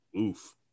oof